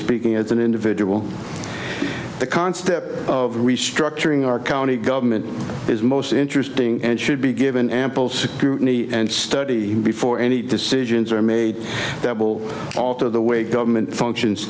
speaking as an individual the concept of restructuring our county government is most interesting and should be given ample security and study before any decisions are made that will alter the way government functions